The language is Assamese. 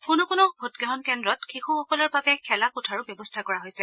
কোনো কোনো ভোটগ্ৰহণ কেন্দ্ৰত শিশুসকলৰ বাবে খেলা কোঠাৰো ব্যৱস্থা কৰা হৈছে